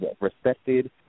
respected